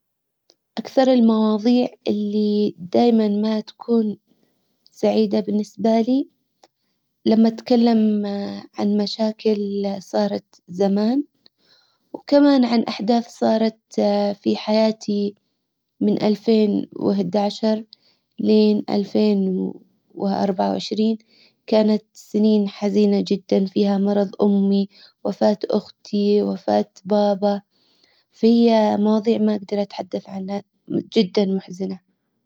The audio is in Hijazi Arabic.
اكثر المواظيع اللي دايما ما تكون سعيدة بالنسبة لي. لما اتكلم عن مشاكل صارت زمان. و كمان عن احداث صارت في حياتي من الفين واحد عشر لالفين واربعة وعشرين. كانت سنين حزينة جدا فيها مرض امي. وفاة اختي وفاة بابا. في مواضيع ما اجدر اتحدث عنها. جدا محزنة